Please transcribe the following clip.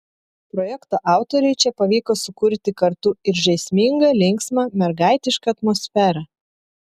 projekto autoriui čia pavyko sukurti kartu ir žaismingą linksmą mergaitišką atmosferą